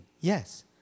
Yes